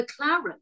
McLaren